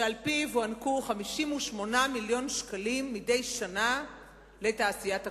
שעל-פיו הוענקו 58 מיליון שקלים מדי שנה לתעשיית הקולנוע.